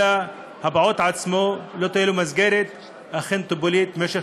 אלא לפעוט עצמו לא תהיה מסגרת טיפולית ובמשך